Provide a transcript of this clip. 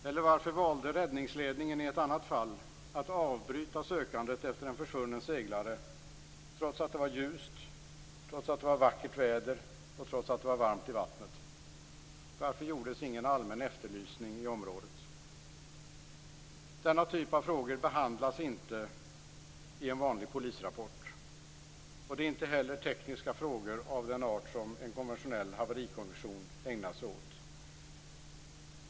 Eller varför valde räddningsledningen i ett annat fall att avbryta sökandet efter en försvunnen seglare, trots att det var ljust, trots att det var vackert väder och trots att det var varmt i vattnet? Varför gjordes inte en allmän efterlysning i området? Denna typ av frågor behandlas inte i en vanlig polisrapport. Det är inte heller tekniska frågor av den art som en konventionell haverikommission ägnar sig åt.